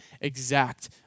exact